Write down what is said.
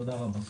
תודה רבה.